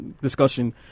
discussion